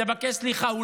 תבקש סליחה.